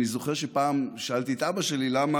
אני זוכר שפעם שאלתי את אבא שלי למה